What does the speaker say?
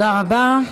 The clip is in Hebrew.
תודה רבה.